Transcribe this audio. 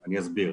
אני אסביר.